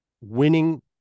winning